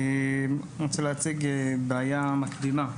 אני רוצה להציג בעיה מקדימה.